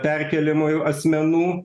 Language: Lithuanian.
perkeliamųjų asmenų